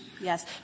Yes